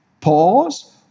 Pause